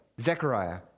Zechariah